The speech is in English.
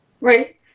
Right